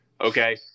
Okay